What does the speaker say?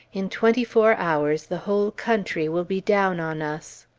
in twenty-four hours the whole country will be down on us.